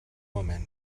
woman